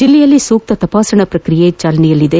ಜಿಲ್ಲೆಯಲ್ಲಿ ಸೂಕ್ತ ತಪಾಸಣಾ ಪ್ರಕ್ರಿಯೆ ಚಾಲನೆಯಲ್ಲಿದೆ